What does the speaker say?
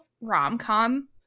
rom-com